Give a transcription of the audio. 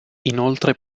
inoltre